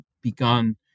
begun